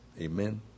Amen